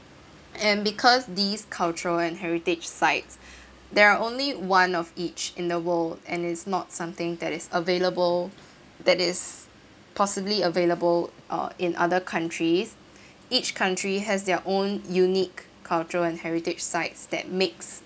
and because these culture and heritage sites there are only one of each in the world and it's not something that is available that is possibly available uh in other countries each country has their own unique culture and heritage sites that mix